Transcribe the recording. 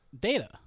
Data